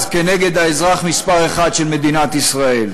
נגד האזרח מספר אחת של מדינת ישראל.